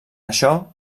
això